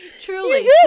truly